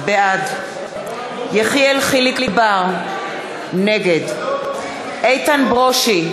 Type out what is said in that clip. בעד יחיאל חיליק בר, נגד איתן ברושי,